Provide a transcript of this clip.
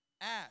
ask